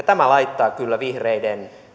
tämä laittaa kyllä vihreiden